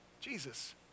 Jesus